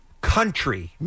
country